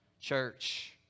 Church